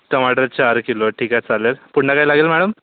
टमाटर चार किलो ठीक आहे चालेल पुन्हा काय लागेल मॅडम